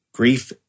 Grief